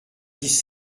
dix